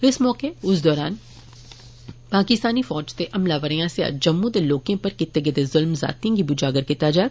इस मौके उस दौरान पाकिस्तानी फौज दे हमलावरें आसेया जम्मू दे लोकें पर कीते गेदे जुल्में ज्यादतियें गी बी उजागर कीता जाग